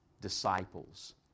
disciples